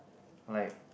like